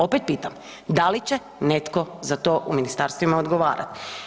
Opet pitam, da li će netko za to u ministarstvima odgovarat?